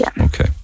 Okay